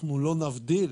לא נבדיל